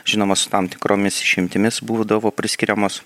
žinomos su tam tikromis išimtimis būdavo priskiriamos